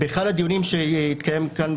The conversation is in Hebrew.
באחד הדיונים שהתקיים כאן,